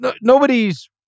Nobody's